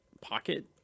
pocket